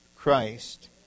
Christ